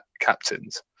captains